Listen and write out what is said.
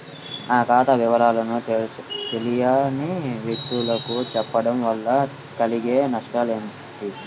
నా ఖాతా వివరాలను తెలియని వ్యక్తులకు చెప్పడం వల్ల కలిగే నష్టమేంటి?